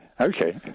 Okay